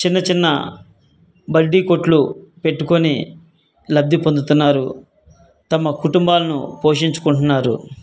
చిన్న చిన్న బడ్డీ కొట్లు పెట్టుకొని లబ్ధి పొందుతున్నారు తమ కుటుంబాలను పోషించుకుంటున్నారు